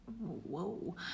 Whoa